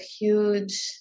huge